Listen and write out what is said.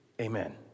Amen